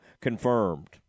confirmed